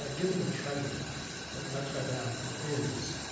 ah given the treasure that notre-dame is,